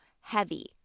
heavy